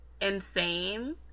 insane